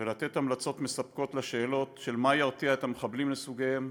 ולתת המלצות מספקות לשאלות של מה ירתיע את המחבלים לסוגיהם,